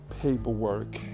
paperwork